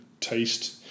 taste